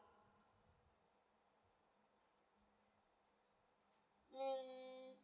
mm